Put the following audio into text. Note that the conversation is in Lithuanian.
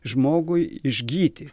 žmogui išgyti